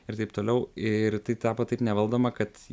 ir taip toliau ir tai tapo taip nevaldoma kad